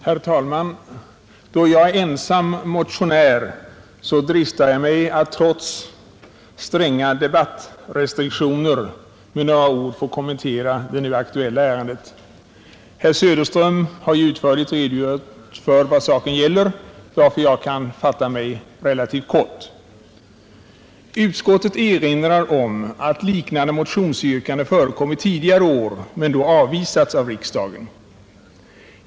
Herr talman! Då jag är ensam motionär dristar jag mig att trots stränga debattrestriktioner med några ord kommentera det nu aktuella ärendet. Herr Söderström har utförligt redogjort för vad saken gäller, varför jag kan fatta mig relativt kort. Utskottet erinrar om att liknande motionsyrkanden förekommit tidigare år men då avvisats av riksdagen.